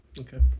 Okay